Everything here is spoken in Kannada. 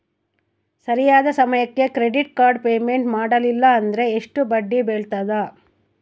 ಸರಿಯಾದ ಸಮಯಕ್ಕೆ ಕ್ರೆಡಿಟ್ ಕಾರ್ಡ್ ಪೇಮೆಂಟ್ ಮಾಡಲಿಲ್ಲ ಅಂದ್ರೆ ಎಷ್ಟು ಬಡ್ಡಿ ಬೇಳ್ತದ?